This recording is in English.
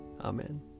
Amen